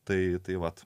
tai vat